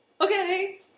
Okay